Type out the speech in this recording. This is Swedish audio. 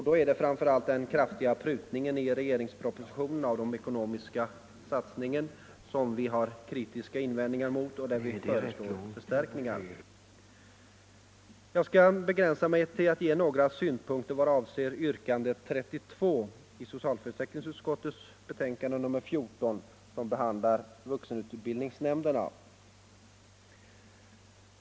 Det är särskilt den kraftiga prutningen i regeringspropositionen om den ekonomiska satsningen som vi har kritiska invändningar mot. Där föreslår vi förstärkningar. Jag skall begränsa mig till att anföra några synpunkter vad avser punkten 32 i socialförsäkringsutskottets betänkande nr 14, som behandlar vuxenutbildningsnämnderna.